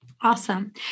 Awesome